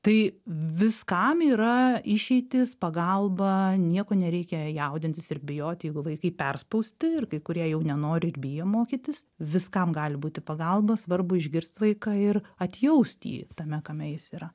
tai viskam yra išeitys pagalba nieko nereikia jaudintis ir bijot jeigu vaikai perspausti ir kai kurie jau nenori ir bijo mokytis viskam gali būti pagalba svarbu išgirst vaiką ir atjaust jį tame kame jis yra